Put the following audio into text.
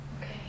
okay